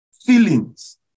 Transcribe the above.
feelings